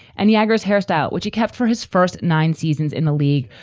and niagara's hairstyle, which he kept for his first nine seasons in a league,